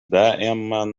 دائمًا